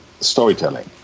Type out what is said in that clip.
storytelling